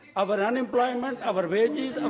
our unemployment, our wages, and